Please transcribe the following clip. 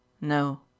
No